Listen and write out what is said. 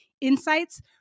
insights